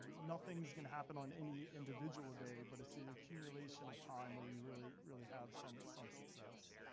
nothing's gonna happen on any individual day, but it's the accumulation of time where you really really have some some success.